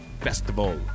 festival